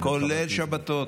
כולל שבתות.